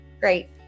great